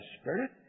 Spirit